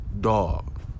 Dog